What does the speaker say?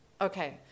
Okay